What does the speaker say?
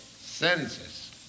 senses